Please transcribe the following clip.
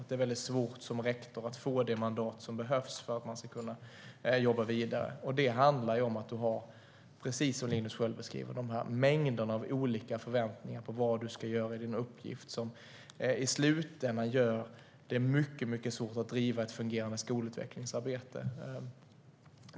Det är som rektor väldigt svårt att få det mandat som behövs för att kunna jobba vidare. Precis som Linus Sköld beskriver handlar det om att de har mängder av olika förväntningar på vad de ska göra i sin uppgift, vilket i slutändan gör det mycket svårt att bedriva ett fungerande skolutvecklingsarbete.